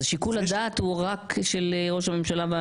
שיקול הדעת הוא רק של ראש הממשלה?